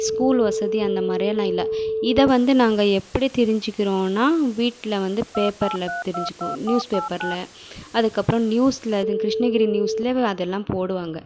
school வசதி அந்தமாதிரியெல்லாம் இல்லை இதை வந்து நாங்கள் எப்படி தெரிஞ்சுக்கிறோன்னா வீட்டில வந்து பேப்பரில் தெரிஞ்சுக்குவோம் நியூஸ் பேப்பரில் அதுக்கப்புறம் நியூஸில் அது கிருஷ்ணகிரி நியூஸில் அதெல்லாம் போடுவாங்க